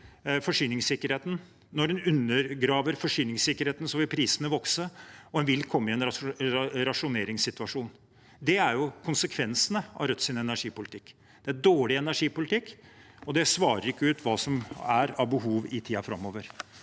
Når en undergraver forsyningssikkerheten, vil prisene vokse, og en vil komme i en rasjoneringssituasjon. Det er konsekvensene av Rødts energipolitikk. Det er dårlig energipolitikk, og det svarer ikke ut hva som er av behov i tiden framover.